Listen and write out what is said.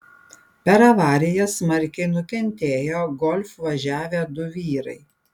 per avariją smarkiai nukentėjo golf važiavę du vyrai